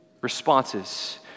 Responses